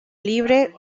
libre